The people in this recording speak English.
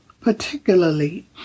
particularly